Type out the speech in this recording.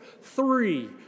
three